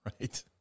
Right